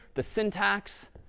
the syntax,